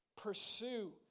pursue